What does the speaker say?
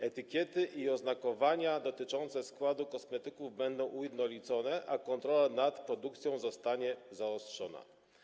Etykiety i oznakowania dotyczące składu kosmetyków będą ujednolicone, a kontrola nad produkcją zostanie zaostrzona.